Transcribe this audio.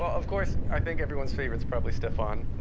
of course, i think everyone's favorite's probably stefon.